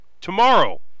Tomorrow